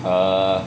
err